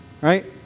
right